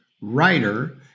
writer